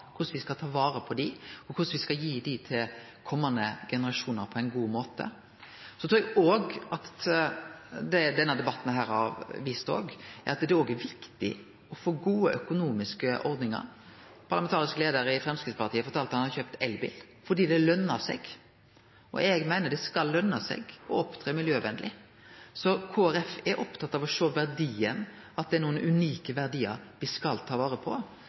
korleis me skal ta vare på dei, og korleis me skal gi dei til komande generasjonar på ein god måte. Så trur eg at det denne debatten òg har vist, er at det er viktig å få gode økonomiske ordningar. Den parlamentariske leiaren i Framstegspartiet fortalde at han har kjøpt elbil fordi det løner seg. Eg meiner det skal løne seg å opptre miljøvenleg. Så Kristeleg Folkeparti er opptatt av å sjå at det er nokre unike verdiar me skal ta vare på.